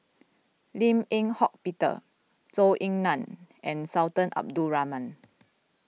Lim Eng Hock Peter Zhou Ying Nan and Sultan Abdul Rahman